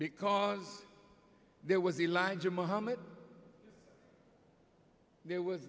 because there was the line to mohammed there was